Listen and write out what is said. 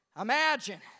Imagine